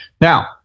Now